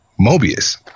mobius